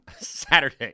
Saturday